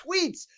tweets